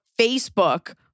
Facebook